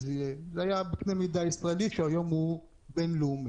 זה היה בקנה מידה ישראלי שהיום הוא בין-לאומי.